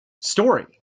story